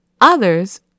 Others